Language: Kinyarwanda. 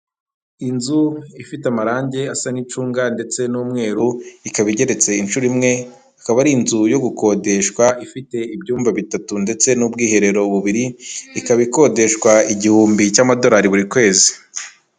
Inzu ifite amarangi asa nk'icunga ndetse n'umweru, ikaba igeretse inshuro imwe, ikaba ari inzu yo gukodeshwa ifite ibyumba bitatu ndetse n'ubwiherero bubiri, ikaba ikodeshwa igihumbi cy'amadorari buri kwezi.